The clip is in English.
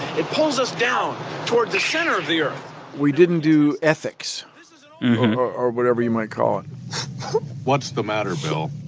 it pulls us down towards the center of the earth we didn't do ethics or whatever you might call what's the matter, bill?